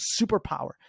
superpower